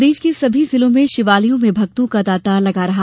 प्रदेश के सभी जिलों में शिवालयों में भक्तों का तांता लगा रहा